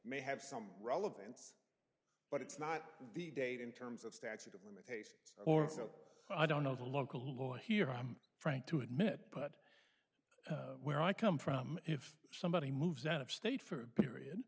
may have some relevance but it's not the date in terms of statute of limitations or so i don't know the local law here i'm frank to admit but where i come from if somebody moves out of state for a period